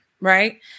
right